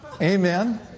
Amen